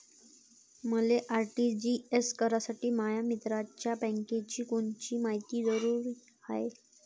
मले आर.टी.जी.एस करासाठी माया मित्राच्या बँकेची कोनची मायती जरुरी हाय?